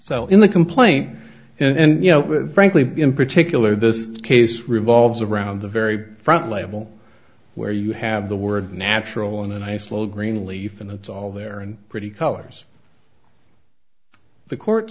so in the complaint and you know frankly in particular this case revolves around the very front label where you have the word natural in a nice little green leaf and it's all there and pretty colors the court